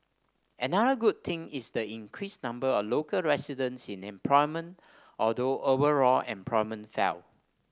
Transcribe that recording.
another good thing is the increased number of local residents in employment although overall employment fell